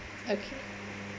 okay